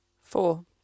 Four